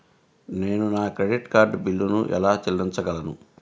నేను నా credit card బిల్లును ఎలా చెల్లించగలను?